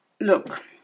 look